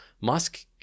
Musk